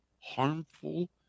harmful